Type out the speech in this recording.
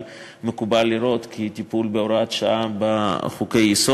מקובל לראות כטיפול בהוראת שעה בחוקי-יסוד.